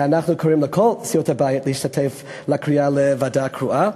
ואנחנו קוראים לכל סיעות הבית להשתתף בקריאה לוועדה קרואה.